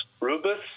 Rubus